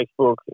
facebook